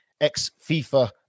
ex-fifa